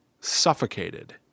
suffocated